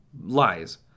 lies